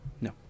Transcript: No